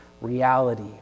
reality